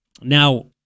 Now